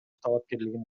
талапкерлигин